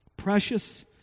precious